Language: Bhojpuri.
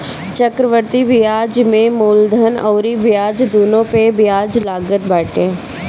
चक्रवृद्धि बियाज में मूलधन अउरी ब्याज दूनो पअ बियाज लागत बाटे